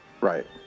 right